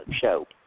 show